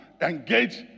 engage